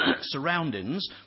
surroundings